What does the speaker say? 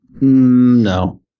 No